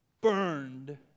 burned